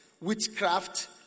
witchcraft